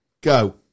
Go